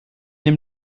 dem